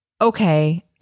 okay